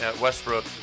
Westbrook